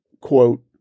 quote